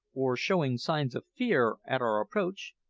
or showing signs of fear at our approach,